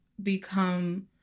become